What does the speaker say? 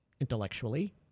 intellectually